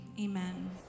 Amen